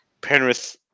Penrith